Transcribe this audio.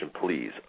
please